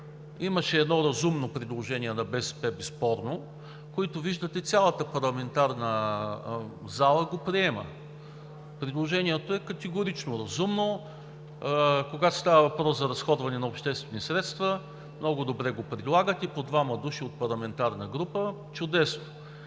Имаше едно разумно предложение на БСП безспорно, което, виждате, цялата парламентарна зала го приема. Предложението категорично е разумно. Когато става въпрос за разходване на обществени средства, много добре го предлагате – по двама души от парламентарна група. Чудесно!